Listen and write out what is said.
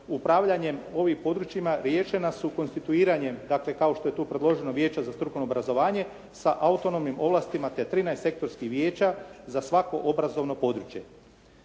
upravljanjem ovim područjima riješena su konstituiranjem dakle kao što je tu predloženo Vijeća za strukovno obrazovanje sa autonomnim ovlastima, te 13 sektorskih vijeća za svako obrazovno područje.